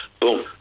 Boom